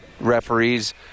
referees